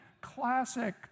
Classic